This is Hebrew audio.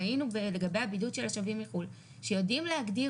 ראינו לגבי הבידוד של השבים מחוץ לארץ שיודעים להגדיר